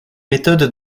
méthodes